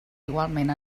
igualment